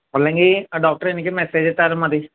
അല്ലെങ്കില് ഡോക്ടറെനിക്ക് മെസേജിട്ടാലും മതി